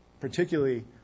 particularly